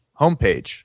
homepage